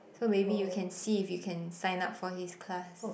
so maybe you can see if you can sign up for his class